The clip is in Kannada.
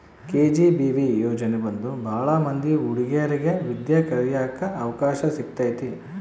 ಕೆ.ಜಿ.ಬಿ.ವಿ ಯೋಜನೆ ಬಂದು ಭಾಳ ಮಂದಿ ಹುಡಿಗೇರಿಗೆ ವಿದ್ಯಾ ಕಳಿಯಕ್ ಅವಕಾಶ ಸಿಕ್ಕೈತಿ